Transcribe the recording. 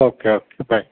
okay okay bye